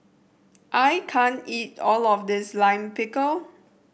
I can't eat all of this Lime Pickle